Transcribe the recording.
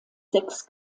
sechs